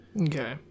Okay